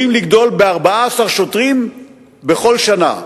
כל מערכת המשפט צפויה לגדול ב-14 שופטים בכל שנה.